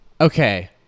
Okay